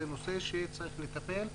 זה נושא שצריך לטפל.